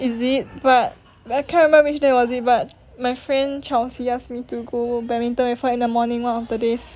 is it but I can't remember which day was it but my friend chelsea ask me to go badminton with her in the morning one of the days